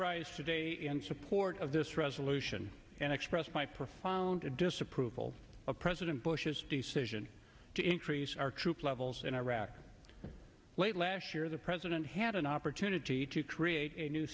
rise today support of this resolution and express my profound disapproval of president bush's decision to increase our troop levels in iraq late last year the president had an opportunity to create a new